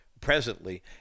presently